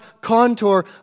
contour